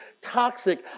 toxic